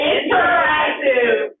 Interactive